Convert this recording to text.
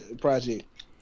project